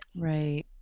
Right